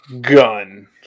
Gun